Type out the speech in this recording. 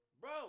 bro